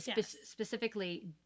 specifically